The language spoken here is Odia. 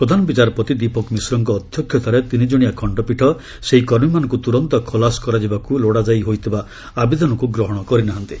ପ୍ରଧାନ ବିଚାରପତି ଦୀପକ ମିଶ୍ରଙ୍କ ଅଧ୍ୟକ୍ଷତାରେ ତିନିଜଣିଆ ଖଣ୍ଡପୀଠ ସେହି କର୍ମୀମାନଙ୍କୁ ତୁରନ୍ତ ଖଲାସ କରାଯିବାକୁ ଲୋଡ଼ାଯାଇ ହୋଇଥିବା ଆବେଦନକୁ ଗ୍ରହଣ କରି ନାହାନ୍ତି